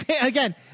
again